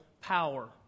power